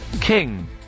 King